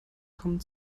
kommen